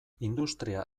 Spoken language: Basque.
industria